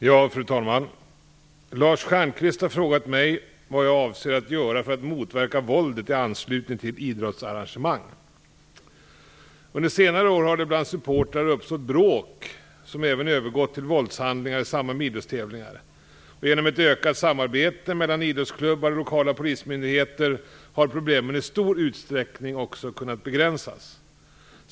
Fru talman! Lars Stjernkvist har frågat mig vad jag avser att göra för att motverka våldet i anslutning till idrottsarrangemang. Under senare år har det bland supportrar uppstått bråk som även övergått till våldshandlingar i samband med idrottstävlingar. Genom ett ökat samarbete mellan idrottsklubbar och lokala polismyndigheter har problemen i stor utsträckning också kunnat begränsas.